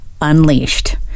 unleashed